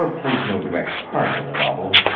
ah plays no direct part in the novel,